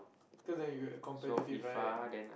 cause then you get competitive right